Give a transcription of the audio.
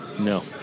No